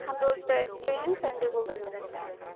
हम रोज बैठते हैं संडे को बंद रहता है